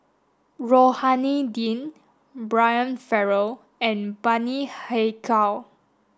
Rohani Din Brian Farrell and Bani Haykal